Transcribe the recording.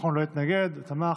נכון, הוא לא התנגד, הוא תמך.